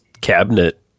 cabinet